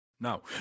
No